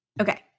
okay